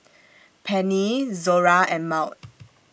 Pennie Zora and Maud